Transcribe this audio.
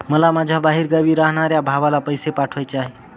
मला माझ्या बाहेरगावी राहणाऱ्या भावाला पैसे पाठवायचे आहे